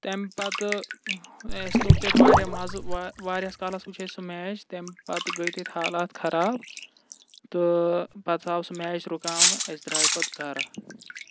تمہٕ پتہٕ اَسہِ لوٚگ تتہٕ واریاہ مزٕ واریاہ واریاہس کالس وچھ اسہِ سُہ میچ تمہٕ پتہٕ گٔے تتہٕ حالات خراب تہٕ پتہٕ آو سُہ میچ رُکاونہٕ أسۍ درٛاے پتہٕ گرٕ